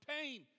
pain